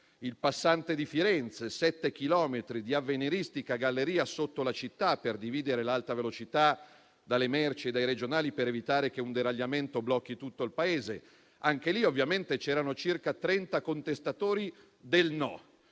il Passante di Firenze: 7 chilometri di avveniristica galleria sotto la città per dividere l'alta velocità dalle merci e dai regionali per evitare che un deragliamento blocchi tutto il Paese. Anche in quel caso ovviamente c'erano circa 30 contestatori e